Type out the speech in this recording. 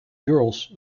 girls